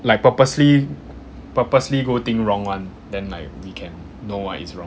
like purposely purposely go think wrong one then like we can know what is wrong